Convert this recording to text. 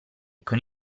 con